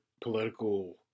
political